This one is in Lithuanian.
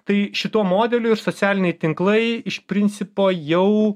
tai šituo modeliu ir socialiniai tinklai iš principo jau